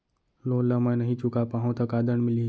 Loan ला मैं नही चुका पाहव त का दण्ड मिलही?